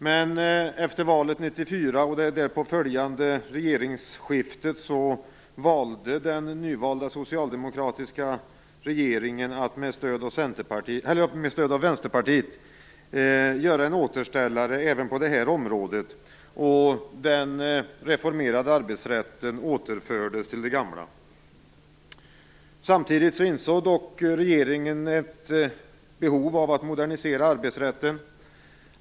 Men efter valet 1994 och det därpå följande regeringsskiftet valde den nyvalda socialdemokratiska regeringen att med stöd av Vänsterpartiet göra en återställare även på detta område och den reformerade arbetsrätten återfördes till det gamla. Samtidigt insåg dock regeringen behovet av att modernisera arbetsrätten.